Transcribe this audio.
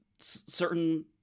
certain